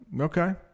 Okay